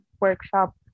workshop